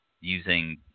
using